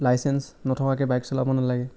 licence নথকাকৈ bike চলাব নেলাগে